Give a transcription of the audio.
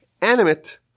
animate